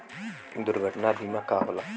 दुर्घटना बीमा का होला?